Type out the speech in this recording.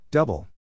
Double